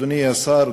אדוני השר,